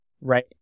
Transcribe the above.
Right